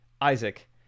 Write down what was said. isaac